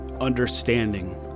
understanding